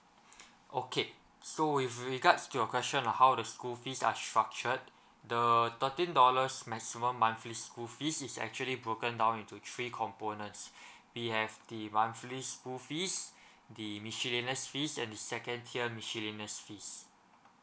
okay so with regards to your question how the school fees are structured the thirteen dollars maximum monthly school fees is actually broken down into three components we have the monthly school fees the miscellaneous fees and the second tier miscellaneous fees